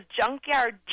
Junkyard